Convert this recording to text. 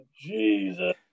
Jesus